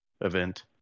event